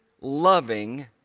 loving